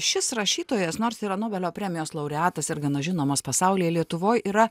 šis rašytojas nors yra nobelio premijos laureatas ir gana žinomas pasauly lietuvoj yra